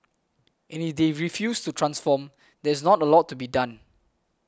and if they refuse to transform there's not a lot to be done